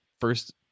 first